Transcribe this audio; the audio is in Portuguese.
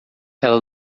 ela